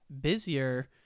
busier